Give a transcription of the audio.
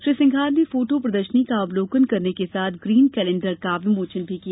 श्री सिंघार ने फोटो प्रदर्शनी का अवलोकन करने के साथ ग्रीन कैलेंडर का विमोचन भी किया